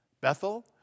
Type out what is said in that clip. Bethel